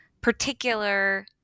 particular